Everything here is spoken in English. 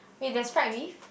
wait there is fried beef